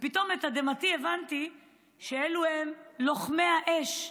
ופתאום לתדהמתי הבנתי שאלו לוחמי האש,